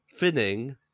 finning